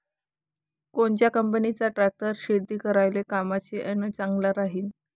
कोनच्या कंपनीचा ट्रॅक्टर शेती करायले कामाचे अन चांगला राहीनं?